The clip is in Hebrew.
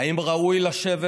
האם ראוי לשבת